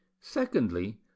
Secondly